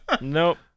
Nope